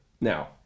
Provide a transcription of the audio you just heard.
now